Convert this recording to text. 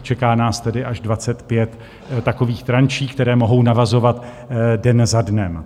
Čeká nás tedy až 25 takových tranší, které mohou navazovat den za dnem.